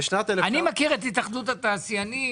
אני מכיר את התאחדות התעשיינים